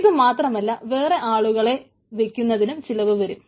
ഇതു മാത്രമല്ല വേറെ ആളുകളെ വയ്ക്കുന്നതിനും ചെലവ് വരും